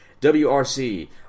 WRC